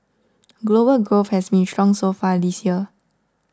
global growth has been strong so far this year